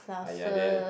!aiya! the